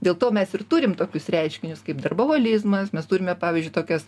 dėl to mes ir turim tokius reiškinius kaip darboholizmas mes turime pavyzdžiui tokias